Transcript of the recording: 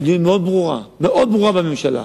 המדיניות מאוד ברורה, מאוד ברורה בממשלה,